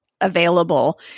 available